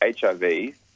HIV